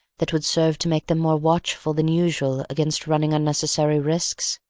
that would serve to make them more watchful than usual against running unnecessary risks?